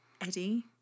Eddie